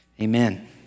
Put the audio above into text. amen